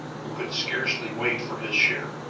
who could scarcely wait for his share,